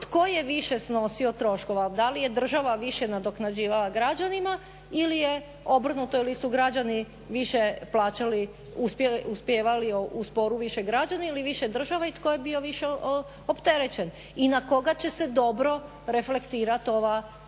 tko je više snosio troškova. Da li je država više nadoknađivala građanima ili je obrnuto ili su građani više plaćali uspijevali u sporu više građani ili više država i tko je bio više opterećen i na koga će se dobro reflektirati ova odredba.